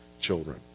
children